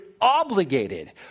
obligated